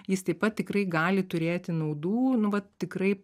jis taip pat tikrai gali turėti naudų nu vat tikrai